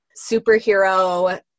superhero